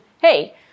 hey